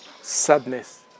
Sadness